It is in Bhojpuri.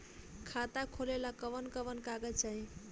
खाता खोलेला कवन कवन कागज चाहीं?